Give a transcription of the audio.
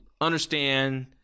understand